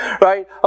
Right